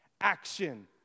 Action